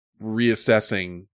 reassessing